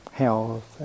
health